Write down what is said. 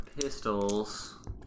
pistols